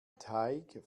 teig